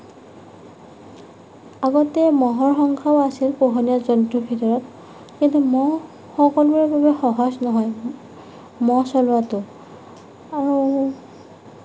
আগতে ম'হৰ সংখ্যাও আছিল পোহনীয়া জন্তুৰ ভিতৰত কিন্তু ম'হ সকলোৰে বাবে সহজ নহয় ম'হ চলোৱাটো আৰু